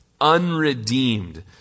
unredeemed